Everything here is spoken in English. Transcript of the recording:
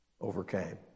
overcame